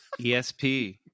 ESP